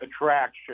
attraction